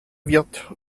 wird